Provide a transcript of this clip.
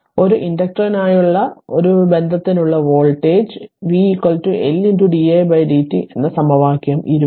അതിനാൽ ഒരു ഇൻഡക്റ്ററിനായുള്ള ഒരു ബന്ധത്തിനുള്ള voltage v L di dt എന്ന സമവാക്യം 20